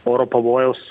oro pavojaus